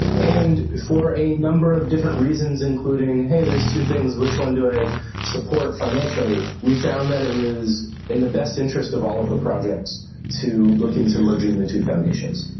and for a number of different reasons, including hey, there's two things, which one do i support financially we found that it was in the best interest of all of the projects to look into merging the two foundations.